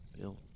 Bill